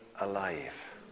alive